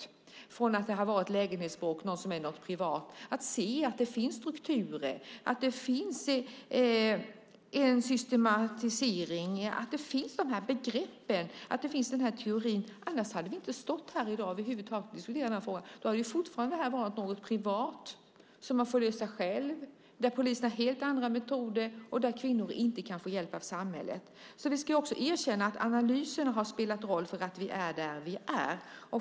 I stället för att se det som lägenhetsbråk och privat ser man strukturer och en systematisering. Man ser att det finns begrepp och en teori. Annars hade vi inte stått här i dag och diskuterat den här frågan. Då hade vi fortfarande sett detta som något privat som man får lösa själv, där polisen har helt andra metoder och där kvinnor inte kan få hjälp av samhället. Vi ska också erkänna att analyserna har spelat en roll för att vi är där vi är.